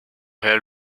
real